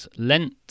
Lent